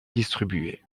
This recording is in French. distribués